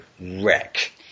wreck